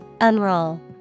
Unroll